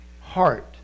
heart